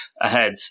ahead